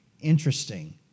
interesting